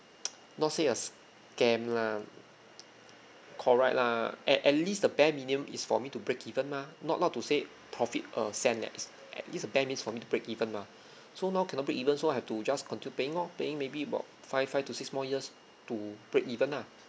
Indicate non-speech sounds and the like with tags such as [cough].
[noise] not say a scam lah correct lah at at least the bare minimum is for me to break even mah not not to say profit uh sense that at least a bare minimum for me to break even more so now cannot break even so I have to just continue paying lor paying maybe about five five to six more years to break even lah